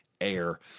air